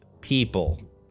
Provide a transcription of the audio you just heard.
people